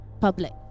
public